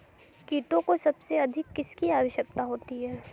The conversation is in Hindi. कीटों को सबसे अधिक किसकी आवश्यकता होती है?